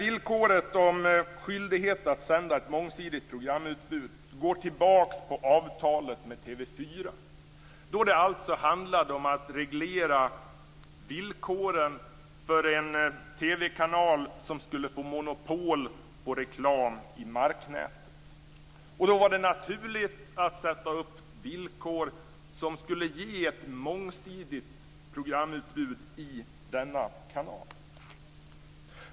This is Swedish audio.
Villkoret om skyldighet att sända ett mångsidigt programutbud går tillbaks på avtalet med TV 4, då det handlade om att reglera villkoren för en TV-kanal som skulle få monopol på reklam i marknätet. Då var det naturligt att sätta upp villkor som skulle ge ett mångsidigt programutbud i denna kanal.